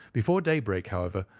before daybreak, however,